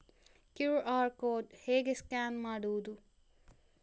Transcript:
QR code ಹೇಗೆ scan ಮಾಡುವುದು?